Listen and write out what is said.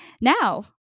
Now